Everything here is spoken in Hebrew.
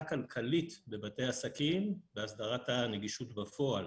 כלכלית בבתי העסקים בהסדרת הנגישות בפועל.